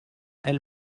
elle